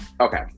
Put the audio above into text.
Okay